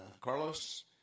Carlos